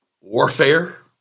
warfare